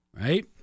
right